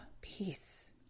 peace